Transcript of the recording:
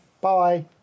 Bye